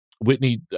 Whitney